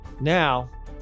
Now